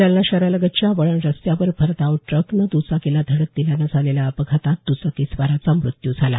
जालना शहरालगतच्या वळण रस्त्यावर भरधाव ट्रकनं द्रचाकीला धडक दिल्यानं झालेल्या अपघातात दुचाकीस्वाराचा मृत्यू झाला